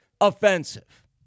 offensive